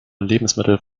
lebensmittel